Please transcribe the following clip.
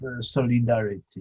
solidarity